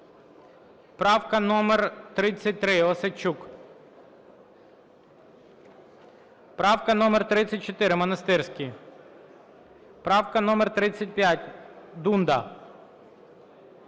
Правка номер 33, Осадчук. Правка номер 34, Монастирський. Правка номер 35, Дунда.